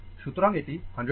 সুতরাং এটি 100 volt